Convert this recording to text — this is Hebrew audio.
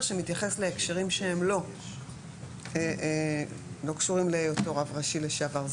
שמתייחס להקשרים שהם לא קשורים להיותו רב ראשי לשעבר.